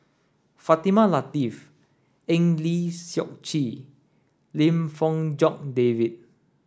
Fatimah Lateef Eng Lee Seok Chee Lim Fong Jock David